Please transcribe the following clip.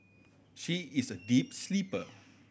she is a deep sleeper